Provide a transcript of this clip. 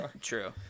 True